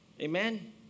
Amen